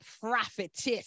prophetess